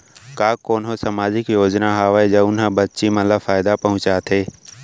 का कोनहो सामाजिक योजना हावय जऊन हा बच्ची मन ला फायेदा पहुचाथे?